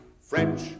French